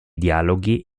dialoghi